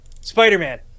Spider-Man